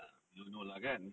ah don't know lah kan